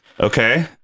Okay